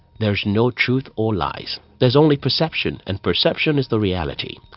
there's no truth or lies. there's only perception and perception is the reality.